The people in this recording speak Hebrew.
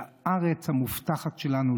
לארץ המובטחת שלנו,